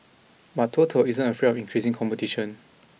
but total isn't afraid of increasing competition